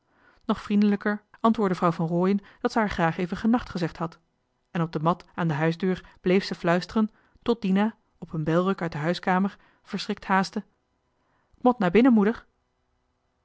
nog vriendelijker antwoordde vrouw van rooien dat ze haar graag even genacht gezegd had en op de mat aan de huisdeur bleef ze fluisteren tot dina op een belruk uit de huiskamer verschrikt haastte k mot na binne moeder